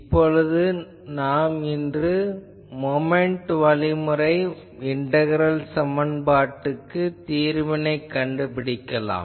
இன்று நாம் மொமென்ட் வழிமுறை இண்டகரல் சமன்பாட்டுக்கு தீர்வினைக் கண்டுபிடிக்கலாம்